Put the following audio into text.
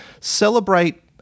celebrate